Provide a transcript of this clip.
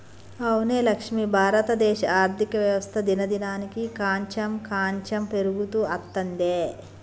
అవునే లక్ష్మి భారతదేశ ఆర్థిక వ్యవస్థ దినదినానికి కాంచెం కాంచెం పెరుగుతూ అత్తందే